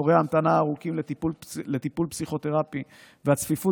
תורי המתנה ארוכים לטיפול פסיכותרפי והצפיפות